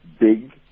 Big